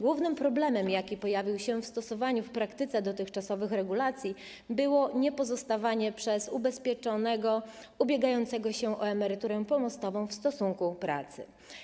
Głównym problemem, jaki pojawił się w stosowaniu w praktyce dotychczasowych regulacji, było niepozostawanie przez ubezpieczonego ubiegającego się o emeryturę pomostową w stosunku pracy.